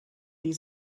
die